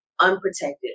unprotected